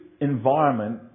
environment